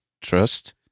trust